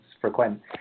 frequent